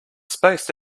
spaced